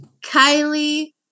Kylie